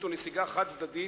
הוא נסיגה חד-צדדית,